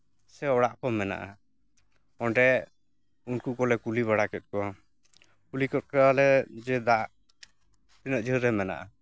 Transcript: ᱥᱮ ᱚᱲᱟᱜ ᱠᱚ ᱢᱮᱱᱟᱜᱼᱟ ᱚᱸᱰᱮ ᱩᱱᱠᱩ ᱠᱚᱞᱮ ᱠᱩᱞᱤ ᱵᱟᱲᱟ ᱠᱮᱫ ᱠᱚᱣᱟ ᱠᱩᱞᱤ ᱠᱮᱫ ᱠᱚᱣᱟᱞᱮ ᱡᱮ ᱫᱟᱜ ᱛᱤᱱᱟᱹᱜ ᱡᱷᱟᱹᱞ ᱨᱮ ᱢᱮᱱᱟᱜᱼᱟ